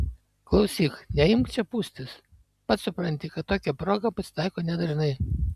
klausyk neimk čia pūstis pats supranti kad tokia proga pasitaiko nedažnai